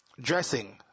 Dressing